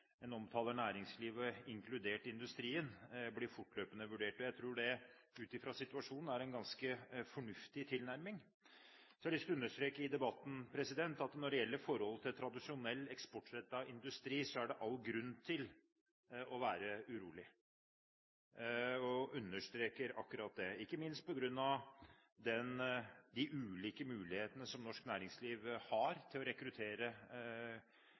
en omtaler næringslivet, inkludert industrien, blir fortløpende vurdert. Jeg tror det ut fra situasjonen er en ganske fornuftig tilnærming. Så har jeg lyst til å understreke i debatten at når det gjelder tradisjonell eksportrettet industri, er det all grunn til å være urolig. Jeg understreker akkurat det – ikke minst på grunn av de ulike mulighetene som norsk næringsliv har til å rekruttere